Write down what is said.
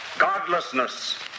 Godlessness